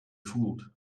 fooled